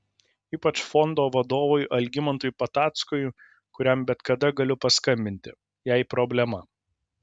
ypač fondo vadovui algimantui patackui kuriam bet kada galiu paskambinti jei problema